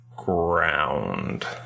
ground